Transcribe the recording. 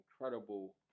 incredible